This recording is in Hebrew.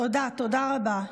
תודה, תודה רבה.